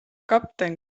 kapten